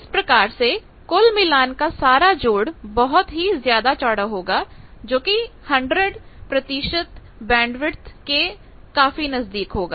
इस प्रकार से कुल मिलान का सारा जोड़ बहुत ही ज्यादा चौड़ा होगा जो कि 100 बैंडविथ के काफी नजदीक होगा